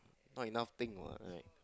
not enough thing what right